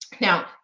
Now